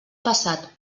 passat